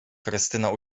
krystyna